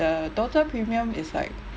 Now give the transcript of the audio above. the daughter premium is like